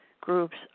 groups